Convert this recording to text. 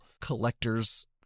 collector's